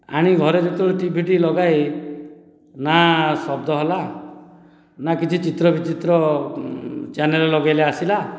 ଆଣି ଘରେ ଯେତେବେଳେ ଟିଭି ଟି ଲଗାଏ ନା ଶବ୍ଦ ହେଲା ନା କିଛି ଚିତ୍ର ବିଚିତ୍ର ଚ୍ୟାନେଲ୍ ଲଗାଇଲେ ଆସିଲା